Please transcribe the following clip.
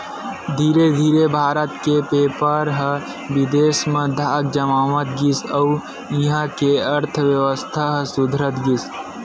धीरे धीरे भारत के बेपार ह बिदेस म धाक जमावत गिस अउ इहां के अर्थबेवस्था ह सुधरत गिस